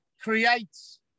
creates